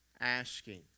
asking